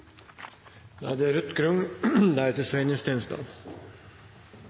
da er det